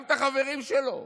גם את החברים שלו?